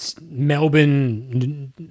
Melbourne